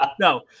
No